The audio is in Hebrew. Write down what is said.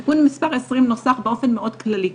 תיקון מס' 20 נוסף באופן מאוד כללי,